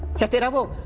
the double